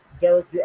Derek